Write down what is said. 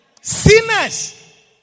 Sinners